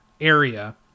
area